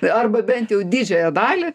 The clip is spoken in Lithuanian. arba bent jau didžiąją dalį